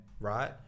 Right